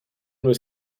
was